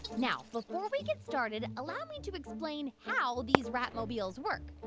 now, before we get started, allow me to explain how all these rat-mobiles work.